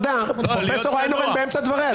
פרופ' איינהורן באמצע דבריה.